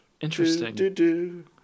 Interesting